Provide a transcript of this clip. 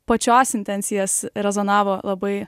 pačios intencijas rezonavo labai